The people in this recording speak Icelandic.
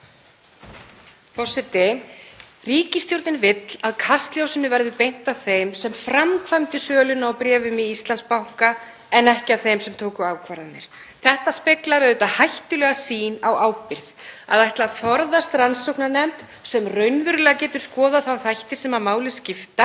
Forseti. Ríkisstjórnin vill að kastljósinu verði beint að þeim sem framkvæmdu söluna á bréfum í Íslandsbanka en ekki að þeim sem tóku ákvarðanir. Þetta speglar auðvitað hættulega sýn á ábyrgð, að ætla að forðast rannsóknarnefnd sem getur raunverulega skoðað þá þætti sem máli skipta